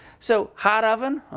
so hot oven,